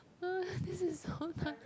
this is so